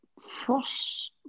Frost